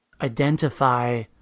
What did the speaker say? identify